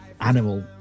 animal